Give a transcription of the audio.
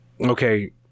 okay